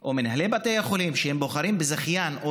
או מנהלי בתי החולים היא שבוחרים בזכיין או